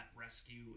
rescue